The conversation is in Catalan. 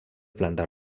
planta